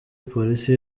polisi